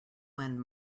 when